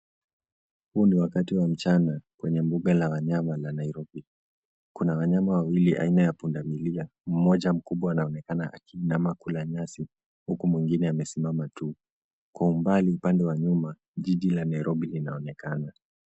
Huu ni wakati wa mchana, kwenye mbunga la wanyama la Nairobi, kuna wanyama wawili aina ya punda milia, mmoja mkubwa anaonekana akiinama kula nyasi, huku mwingine amesimama tu, kwa umbali upande wa nyuma, jiji la Nairobi linaonekana.